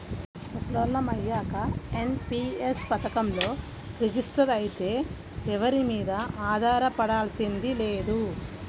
ముసలోళ్ళం అయ్యాక ఎన్.పి.యస్ పథకంలో రిజిస్టర్ అయితే ఎవరి మీదా ఆధారపడాల్సింది లేదు